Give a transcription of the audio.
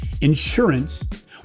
insurance